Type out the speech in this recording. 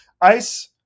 Ice